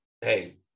Hey